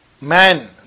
man